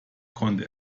konnte